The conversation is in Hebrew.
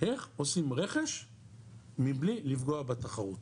איך עושים רכש מבלי לפגוע בתחרות.